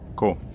Cool